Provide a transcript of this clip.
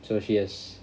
so she has